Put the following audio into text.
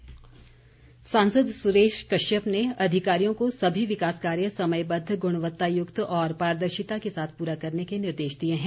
सुरेश कश्यप सांसद सुरेश कश्यप ने अधिकारियों को सभी विकास कार्य समयबद्ध गुणवत्तायुक्त और पारदर्शिता के साथ पूरा करने के निर्देश दिए हैं